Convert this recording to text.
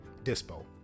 Dispo